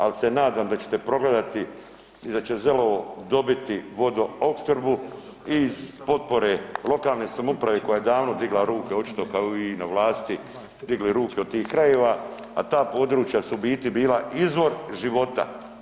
Ali se nadam da ćete progledati i da će Zelovo dobiti vodoopskrbu iz potpore lokalne samouprave koja je davno digla ruke, očito kao i vi na vlasti, digli ruke od tih krajeva, a ta područja su ubiti bila izvor života.